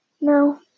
No